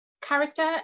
character